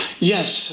Yes